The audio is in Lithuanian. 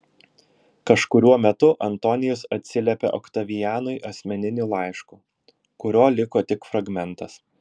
kažkuriuo metu antonijus atsiliepė oktavianui asmeniniu laišku kurio liko tik fragmentas